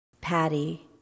Patty